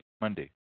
Monday